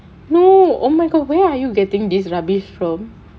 no oh my god where are you getting this rubbish from